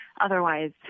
otherwise